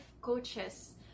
coaches